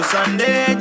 Sunday